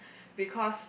because